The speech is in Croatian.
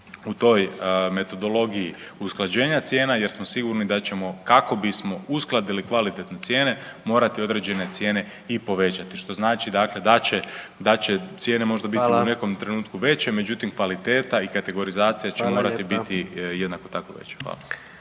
u toj metodologiji usklađenja cijena jer smo sigurni da ćemo kako bismo uskladili kvalitetne cijene morati određene cijene i povećati, što znači dakle da će cijene možda biti .../Upadica: Hvala./... u nekom trenutku veće, međutim, kvaliteta i kategorizacija će morati biti .../Upadica: